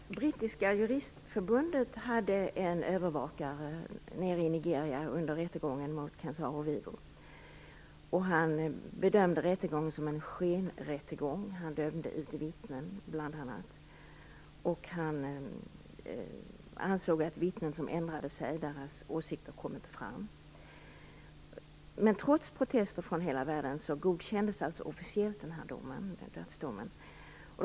Fru talman! Brittiska juristförbundet hade en övervakare i Nigeria under rättegången mot Ken Saro-Wiwa. Han bedömde rättegången som en skenrättegång. Han dömde bl.a. ut vittnen. Han ansåg i fråga om vittnen som ändrade sig att deras åsikter inte kom fram. Trots protester från hela världen godkändes dock alltså dödsdomen officiellt.